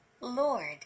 Lord